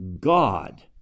God